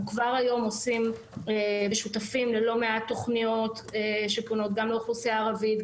אנחנו כבר היום שותפים ללא מעט תכניות שפונות גם לאוכלוסייה הערבית,